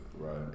Right